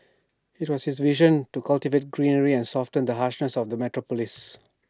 IT was his vision to cultivate greenery and soften the harshness of the metropolis